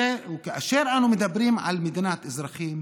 וכאשר אנו מדברים על מדינת אזרחים,